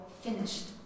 finished